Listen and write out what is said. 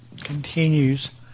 continues